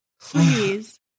please